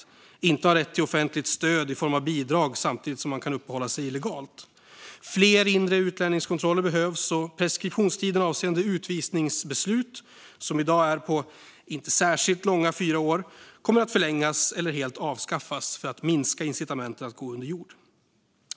Man ska inte ha rätt till offentligt stöd i form av bidrag samtidigt som man kan uppehålla sig illegalt i landet. Fler inre utlänningskontroller behövs, och preskriptionstiden avseende utvisningsbeslut, som i dag är på inte särskilt långa fyra år, kommer att förlängas eller helt avskaffas för att minska incitamenten att gå under jord.